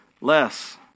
Less